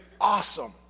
awesome